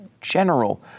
general